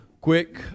Quick